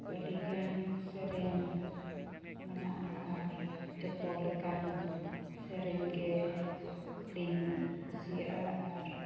ᱟᱹᱰᱤᱜᱟᱱ ᱥᱮᱨᱮᱧ ᱢᱮᱱᱟᱜᱼᱟ ᱟᱨ ᱡᱚᱛᱚ ᱞᱮᱠᱟᱱ ᱥᱮᱨᱮᱧ ᱜᱮ ᱞᱤᱧ ᱠᱩᱥᱤᱭᱟᱜᱼᱟ ᱟᱨ